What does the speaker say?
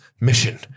mission